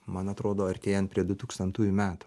man atrodo artėjant prie du tūkstantųjų metų